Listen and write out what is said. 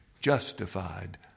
justified